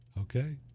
okay